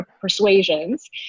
persuasions